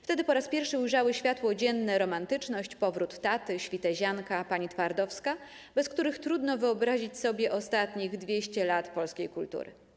Wtedy po raz pierwszy ujrzały światło dzienne 'Romantyczność', 'Powrót taty', 'Świtezianka', 'Pani Twardowska', bez których trudno wyobrazić sobie ostatnich dwieście lat polskiej kultury.